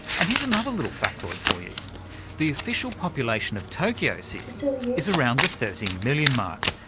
and here's another little factoid for you the official population of tokyo city is around the thirteen million mark,